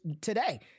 today